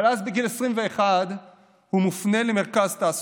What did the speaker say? אבל אז, בגיל 21 הוא מופנה למרכז תעסוקתי,